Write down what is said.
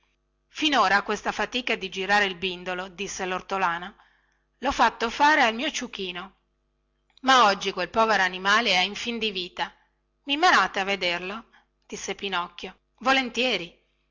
finora questa fatica di girare il bindolo disse lortolano lho fatta fare al mio ciuchino ma oggi quel povero animale è in fin di vita i menate a vederlo disse pinocchio volentieri